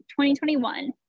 2021